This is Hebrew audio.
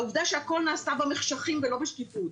לעובדה שהכול נעשה במחשכים ולא בשקיפות,